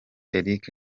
eric